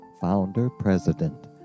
founder-president